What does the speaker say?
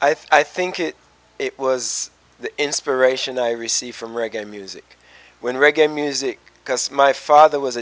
i think it it was the inspiration i received from reggae music when reggae music because my father was